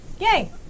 Yay